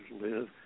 live